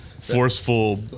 forceful